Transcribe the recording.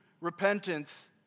repentance